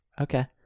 Okay